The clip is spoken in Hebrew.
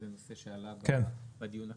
זה נושא שעלה בדיון הקודם,